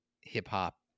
hip-hop